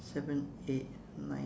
seven eight nine